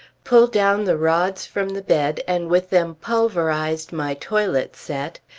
pulled down the rods from the bed, and with them pulverized my toilet set,